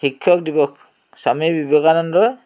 শিক্ষক দিৱস স্বামী বিবেকানন্দৰ